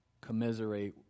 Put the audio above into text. commiserate